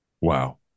Wow